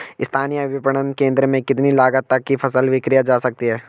स्थानीय विपणन केंद्र में कितनी लागत तक कि फसल विक्रय जा सकती है?